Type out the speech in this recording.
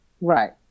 Right